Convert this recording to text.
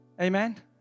Amen